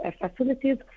facilities